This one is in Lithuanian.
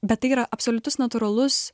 bet tai yra absoliutus natūralus